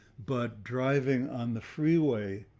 but driving on the freeway,